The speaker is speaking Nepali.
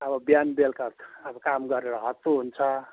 अब बिहान बेलुका अब काम गरेर हत्तु हुन्छ